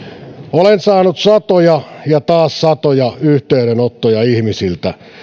olen saanut satoja ja taas satoja yhteydenottoja ihmisiltä